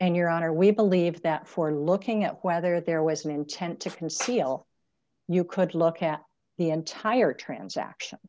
and your honor we believe that for looking at whether there was an intent to conceal you could look at the entire transaction